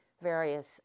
various